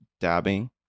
dabbing